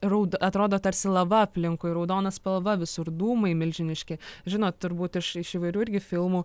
raud atrodo tarsi lava aplinkui raudona spalva visur dūmai milžiniški žinot turbūt iš iš įvairių irgi filmų